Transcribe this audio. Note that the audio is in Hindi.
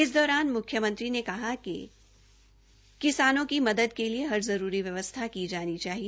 इस दौरान मुख्यमंत्री ने कहा कि किसानों की मदद के लिए हर जरूरी व्यवस्था की जानी चाएिह